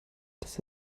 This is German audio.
dass